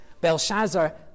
Belshazzar